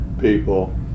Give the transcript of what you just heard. people